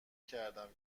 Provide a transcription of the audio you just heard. کردم